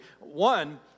One